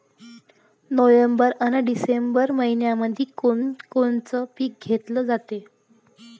November अन December मइन्यामंधी कोण कोनचं पीक घेतलं जाते?